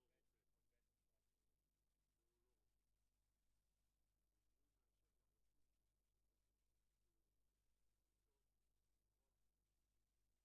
11:15. על